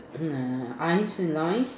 eyes in line